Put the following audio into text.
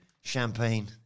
Champagne